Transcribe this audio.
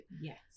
Yes